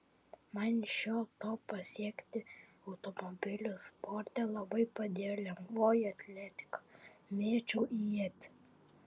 man šio to pasiekti automobilių sporte labai padėjo lengvoji atletika mėčiau ietį